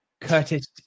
curtis